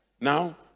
now